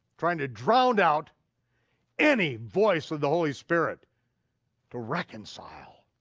trying to drowned out any voice of the holy spirit to reconcile.